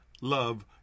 love